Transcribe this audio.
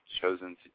chosen